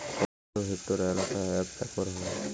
কত হেক্টর এলাকা এক একর হয়?